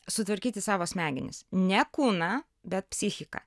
sutvarkyti savo smegenis ne kūną bet psichiką